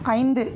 ஐந்து